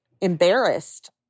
embarrassed